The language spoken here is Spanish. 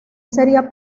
sería